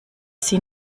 sie